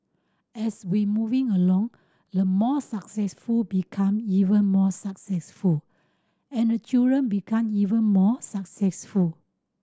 as we moving along the more successful become even more successful and the children become even more successful